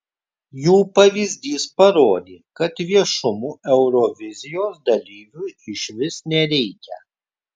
jų pavyzdys parodė kad viešumo eurovizijos dalyviui išvis nereikia